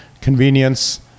convenience